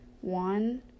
one